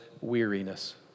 weariness